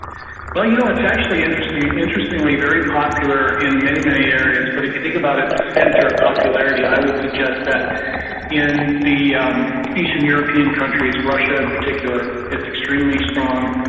well, you know, it's actually interestingly interestingly very popular in many, many areas, but if you think about its centre of popularity i would suggest that in the um eastern european countries, russia in particular, it's extremely strong,